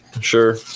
sure